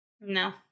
No